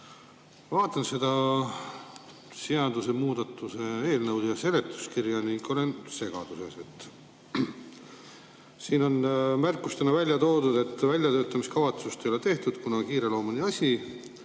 Vaatan seda seaduste muutmise eelnõu ja seletuskirja ning olen segaduses. Siin on märkusena toodud, et väljatöötamiskavatsust ei ole tehtud, kuna on kiireloomuline asi.